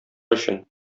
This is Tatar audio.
өчен